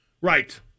Right